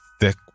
thick